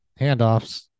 handoffs